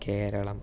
Keralam